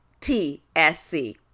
TSC